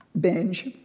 binge